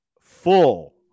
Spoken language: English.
full